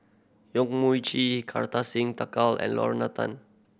Yong Mun Chee Kartar Singh Thakral and Lorna Tan